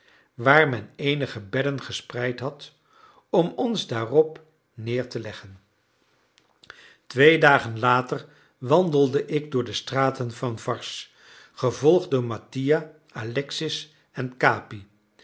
waar men eenige bedden gespreid had om ons daarop neer te leggen twee dagen later wandelde ik door de straten van varses gevolgd door mattia alexis en capi